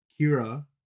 kira